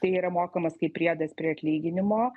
tai yra mokamas kaip priedas prie atlyginimo